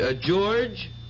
George